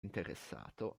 interessato